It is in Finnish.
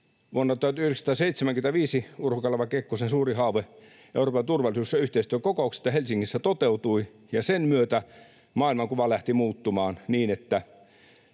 Vuonna 1975 Urho Kaleva Kekkosen suuri haave Euroopan turvallisuus- ja yhteistyökokouksesta Helsingissä toteutui, ja sen myötä maailmankuva lähti muuttumaan niin, että